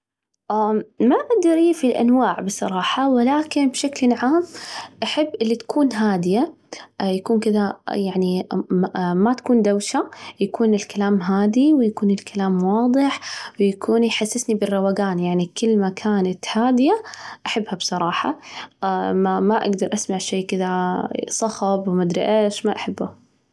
ما أدري في الأنواع بصراحة، ولكن بشكل عام أحب اللي تكون هادية، اه يكون كذا يعني م م ما تكون دوشة، يكون الكلام هادي ويكون الكلام واضح، ويكون يحسسني بالروجان ،يعني كل ما كانت هادية أحبها بصراحة، اما ما أجدر أسمع شي كذا صخب وما أدري إيش ما أحبه.